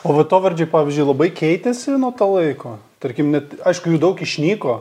o vietovardžiai pavyzdžiui labai keitėsi nuo to laiko tarkim net aišku jų daug išnyko